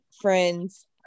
friend's